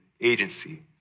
agency